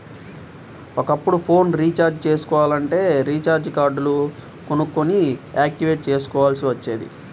ఒకప్పుడు phone recharge చేసుకోవాలంటే recharge కార్డులు కొనుక్కొని యాక్టివేట్ చేసుకోవాల్సి వచ్చేది